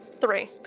Three